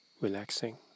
relaxing